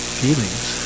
feelings